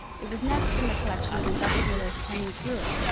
it was next in the collection of industrialist camille groult,